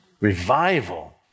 Revival